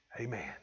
Amen